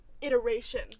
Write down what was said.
iteration